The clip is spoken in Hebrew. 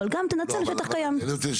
אבל גם תנצל שטח הקיים.